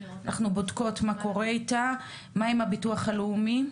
מה עם הביטוח הלאומי?